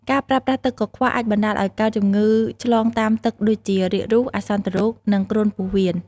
ការប្រើប្រាស់ទឹកកខ្វក់អាចបណ្តាលឲ្យកើតជំងឺឆ្លងតាមទឹកដូចជា រាគរូស អាសន្នរោគ និងគ្រុនពោះវៀន។